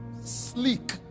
Sleek